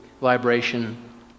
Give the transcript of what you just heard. vibration